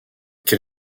quel